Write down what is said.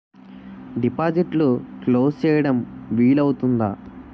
డిపాజిట్లు క్లోజ్ చేయడం వీలు అవుతుందా?